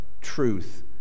truth